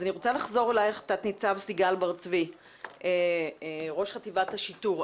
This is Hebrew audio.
אז אני רוצה לחזור אליך תת-ניצב סיגל בר צבי ראש חטיבת השיטור.